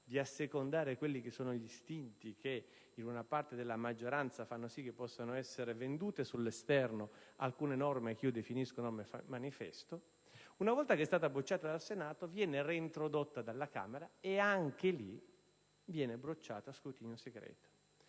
di assecondare gli istinti che in una parte della maggioranza fanno sì che possano essere vendute all'esterno alcune norme che io definisco norme manifesto; ricordo che è stata bocciata dal Senato, poi è stata reintrodotta dalla Camera e anche lì è stata bocciata a scrutinio segreto),